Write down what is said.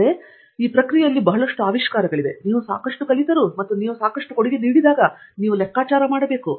ಆದ್ದರಿಂದ ಈ ಪ್ರಕ್ರಿಯೆಯಲ್ಲಿ ಬಹಳಷ್ಟು ಆವಿಷ್ಕಾರಗಳಿವೆ ನೀವು ಸಾಕಷ್ಟು ಕಲಿತರು ಮತ್ತು ನೀವು ಸಾಕಷ್ಟು ಕೊಡುಗೆ ನೀಡಿದಾಗ ನೀವು ಲೆಕ್ಕಾಚಾರ ಮಾಡಬೇಕು